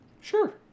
Sure